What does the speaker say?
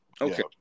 okay